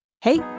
Hey